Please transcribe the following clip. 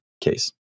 case